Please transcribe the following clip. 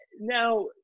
Now